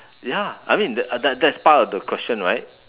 ya I mean that that that's part of the question right